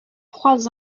trois